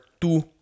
two